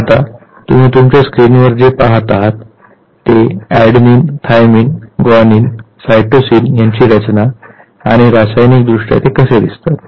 आता तुम्ही तुमच्या स्क्रीनवर जे पाहता आहात ते आहे अॅडेनाईन थायमाइन ग्वानिन सायटोसिन यांची रचना आणि रासायनिकदृष्ट्या कसे दिसतात